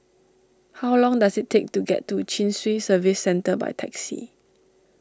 how long does it take to get to Chin Swee Service Centre by taxi